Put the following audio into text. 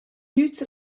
gnüts